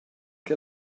che